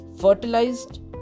fertilized